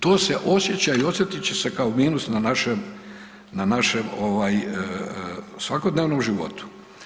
To se osjeća i osjetit će se kao minus na našem svakodnevnom životu.